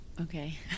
Okay